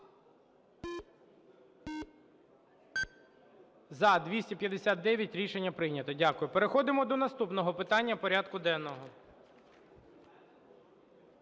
За-259 Рішення прийнято, дякую. Переходимо до наступного питання порядку денного.